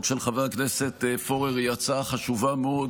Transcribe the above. של חבר הכנסת פורר היא הצעה חשובה מאוד,